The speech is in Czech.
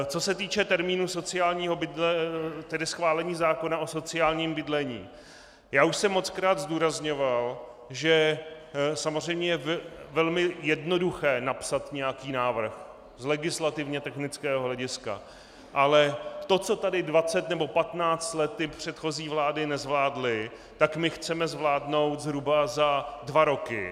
Co se týče termínu schválení zákona o sociálním bydlení, já už jsem mockrát zdůrazňoval, že samozřejmě je velmi jednoduché napsat nějaký návrh z legislativně technického hlediska, ale to, co tady dvacet nebo patnáct let ty předchozí vlády nezvládly, tak my chceme zvládnout zhruba za dva roky.